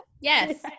Yes